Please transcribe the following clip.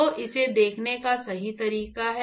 तो इसे देखने का यह सही तरीका है